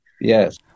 Yes